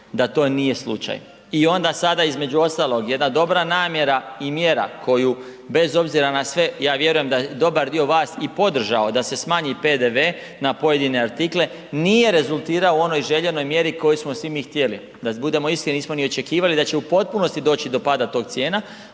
da to nije slučaj. I onda sada između ostalog, jedna dobra namjera i mjera koju bez obzira na sve, ja vjerujem da dobar dio vas i podržao da se smanji PDV na pojedine artikle nije rezultirao u onoj željenoj mjeri koju smo svi mi htjeli. Da budemo iskreni, nismo ni očekivali da će u potpunosti doći do pada tih cijela,